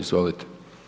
Izvolite.